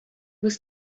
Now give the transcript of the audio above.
was